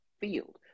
field